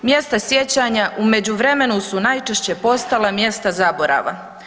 Mjesta sjećanja u međuvremenu su najčešće postale mjesta zaborava.